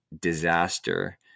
disaster